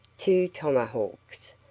two tomahawks,